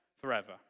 forever